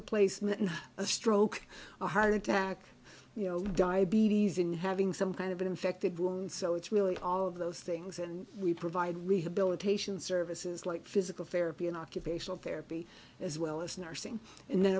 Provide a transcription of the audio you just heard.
replacement and a stroke a heart attack you know diabetes in having some kind of an infected wound so it's really all of those things and we provide rehabilitation services like physical therapy and occupational therapy as well as nursing and then